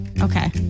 Okay